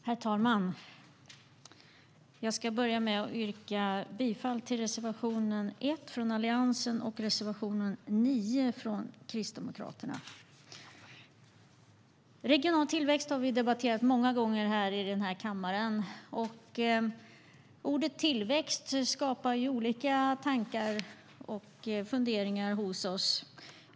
Herr talman! Jag börjar med att yrka bifall till reservation 1 från Alliansen och reservation 9 från Kristdemokraterna. Regional tillväxt har vi debatterat många gånger i den här kammaren. Ordet tillväxt skapar olika tankar och funderingar hos oss.